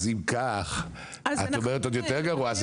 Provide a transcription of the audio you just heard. אז אם כך, את אומרת עוד יותר גרוע.